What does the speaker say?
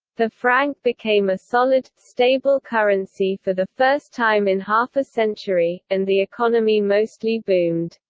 the franc became a solid, stable currency for the first time in half a century, and the economy mostly boomed.